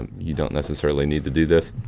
and you don't necessarily need to do this.